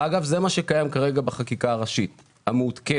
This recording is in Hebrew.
אגב, זה מה שקיים כרגע בחקיקה הראשית המעודכנת.